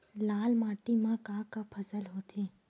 लाल माटी म का का फसल होथे?